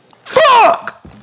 Fuck